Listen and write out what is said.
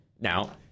now